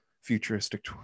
futuristic